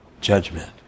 judgment